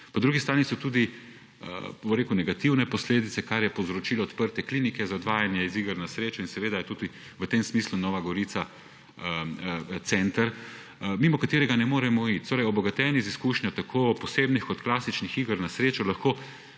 Po drugi strani so tudi negativne posledice, kar je povzročilo odprtje klinike za odvajanje od iger na srečo. Tudi v tem smislu je Nova Gorica center, mimo katerega ne moremo iti. Obogaten z izkušnjo tako posebnih kot klasičnih iger na srečo lahko